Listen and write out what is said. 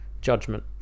Judgment